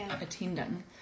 attending